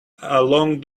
along